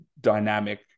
dynamic